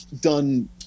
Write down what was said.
done